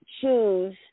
choose